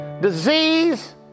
disease